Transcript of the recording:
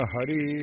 Hari